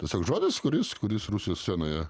tiesiog žodis kuris kuris rusijos scenoje